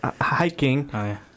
hiking